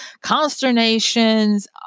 consternations